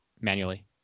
manually